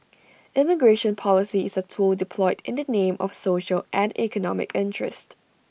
immigration policy is A tool deployed in the name of social and economic interest